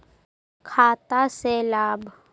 खाता से लाभ?